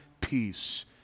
peace